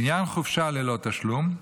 לעניין חופשה ללא תשלום,